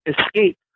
escape